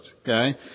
Okay